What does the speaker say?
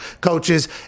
coaches